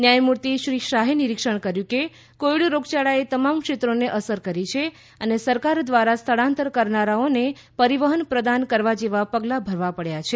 ન્યાયમૂર્તિ શ્રી શાહે નિરીક્ષણ કર્યું કે કોવિડ રોગયાળાએ તમામ ક્ષેત્રોને અસર કરી છે અને સરકાર દ્વારા સ્થળાંતર કરનારાઓને પરિવહન પ્રદાન કરવા જેવા પગલાં ભરવા પડ્યા છે